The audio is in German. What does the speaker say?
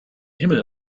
himmel